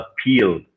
appeal